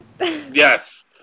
Yes